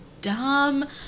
dumb